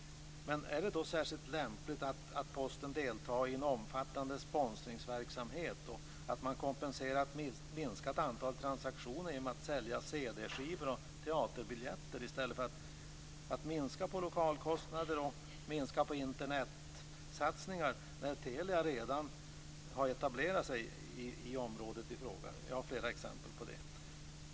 Men är det då särskilt lämpligt att Posten deltar i en omfattande sponsringsverksamhet och att man kompenserar ett minskat antal transaktioner med att sälja cd-skivor och teaterbiljetter, i stället för att minska lokalkostnader och minska Internetsatsningar, när Telia redan har etablerat sig på området i fråga? Jag har flera exempel på det.